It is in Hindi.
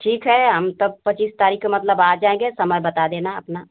ठीक है हम तब पच्चीस तारीख़ के मतलब आ जाएँगे समय बता देना अपना